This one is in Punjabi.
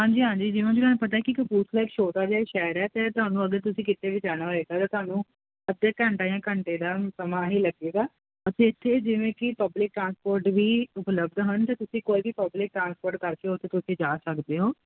ਹਾਂਜੀ ਹਾਂਜੀ ਜਿਨਾਂ ਜਿਨਾਂ ਨੂੰ ਪਤਾ ਕਿ ਕਪੂਰਥਲੇ ਛੋਟਾ ਜਿਹਾ ਸ਼ਹਿਰ ਹੈ ਤੇ ਤੁਹਾਨੂੰ ਅਗਰ ਤੁਸੀਂ ਕਿਤੇ ਵੀ ਜਾਣਾ ਹੋਏਗਾ ਤਾ ਤੁਹਾਨੂੰ ਅੱਧੇ ਘੰਟਾ ਜਾਂ ਘੰਟੇ ਦਾ ਸਮਾਂ ਹੀ ਲੱਗੇਗਾ ਅਸੀਂ ਇੱਥੇ ਜਿਵੇਂ ਕਿ ਪਬਲਿਕ ਟਰਾਂਸਪੋਰਟ ਵੀ ਉਪਲਬਧ ਹਨ ਜਾਂ ਤੁਸੀਂ ਕੋਈ ਵੀ ਪਬਲਿਕ ਟਰਾਂਸਪੋਰਟ ਕਰਕੇ ਕਿਉਂਕਿ ਜਾ ਸਕਦੇ ਹੋ